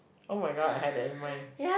oh-my-god I have that in mind